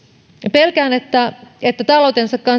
pelkään että että taloutensa kanssa